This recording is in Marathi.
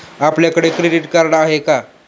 आपल्याकडे क्रेडिट कार्ड आहे का?